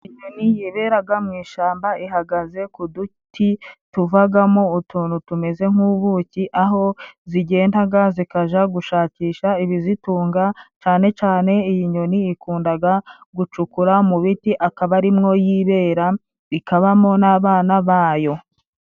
Inyoni yaberaga mu ishamba, ihagaze ku duti tuvagamo utuntu tumeze nk'ubuki, aho zigendaga zikaja gushakisha ibizitunga. cane cane iyi nyoni ikundaga gucukura mu biti akaba arimo yibera, ikabamo n'abana bayo.